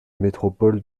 métropole